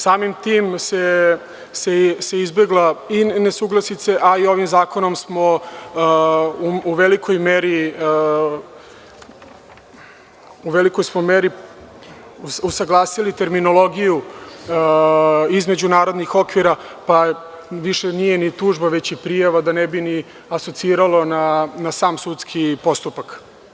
Samim tim su se izbegle i nesuglasice, a i ovim zakonom smo u velikoj meri usaglasili terminologiju iz međunarodnih okvira, pa više nije ni tužba, već je prijava, da ne bi asociralo na sam sudski postupak.